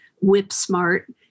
whip-smart